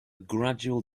gradual